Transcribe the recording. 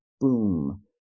boom